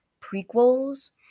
prequels